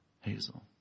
Hazel